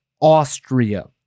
austria